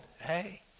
Hey